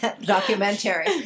documentary